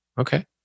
Okay